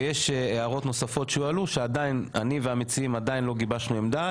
ויש הערות נוספות שהועלו שעדיין אני והמציעים עדיין לא גיבשנו עמדה,